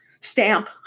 stamp